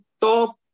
top